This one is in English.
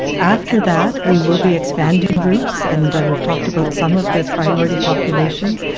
after that, we will be expanding groups and we've talked about some of the priority populations.